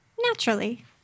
Naturally